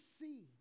see